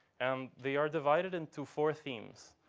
and they are divided into four themes.